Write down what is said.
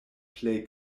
plej